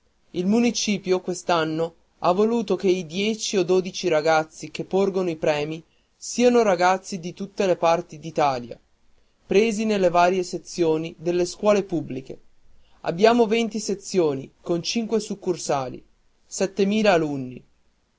il municipio quest'anno ha voluto che i dieci o dodici ragazzi che porgono i premi siano ragazzi di tutte le parti d'italia presi nelle varie sezioni delle scuole pubbliche abbiamo venti sezioni con cinque succursali settemila alunni